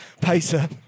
pacer